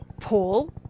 Paul